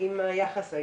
עם היחס האישי.